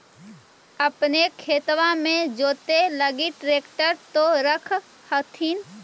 अपने खेतबा मे जोते लगी ट्रेक्टर तो रख होथिन?